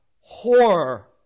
Horror